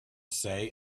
say